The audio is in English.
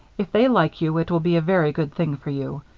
if they like you, it will be a very good thing for you.